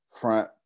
front